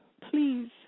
please